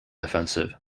offensive